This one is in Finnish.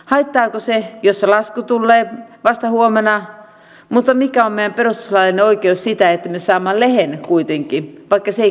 haittaako se jos se lasku tulee vasta huomenna mutta mikä on meidän perustuslaillinen oikeus siitä että me saamme lehden kuitenkin vaikka se ei kuulu jakeluvelvoitteeseen